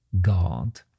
God